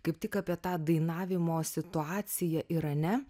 kaip tik apie tą dainavimo situaciją irane